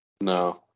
No